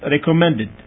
recommended